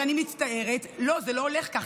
אז אני מצטערת, לא, זה לא הולך כך.